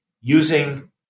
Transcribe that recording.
using